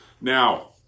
now